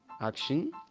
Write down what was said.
action